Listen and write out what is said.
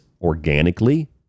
organically